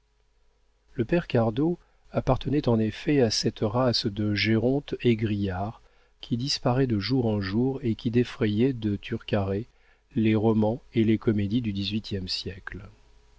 le père cardot appartenait en effet à cette race de gérontes égrillards qui disparaît de jour en jour et qui défrayait de turcarets les romans et les comédies du dix-huitième siècle